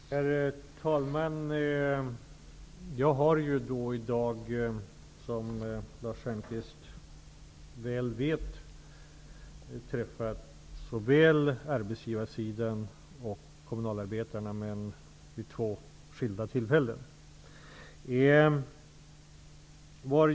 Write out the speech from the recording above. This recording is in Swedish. Herr talman! Jag har i dag, som Lars Stjernkvist väl vet, träffat såväl arbetsgivarsidan som kommunalarbetarna men vid två skilda tillfällen.